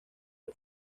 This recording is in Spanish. del